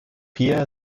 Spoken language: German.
hier